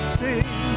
sing